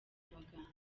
abaganga